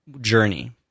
journey